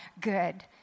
good